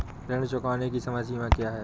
ऋण चुकाने की समय सीमा क्या है?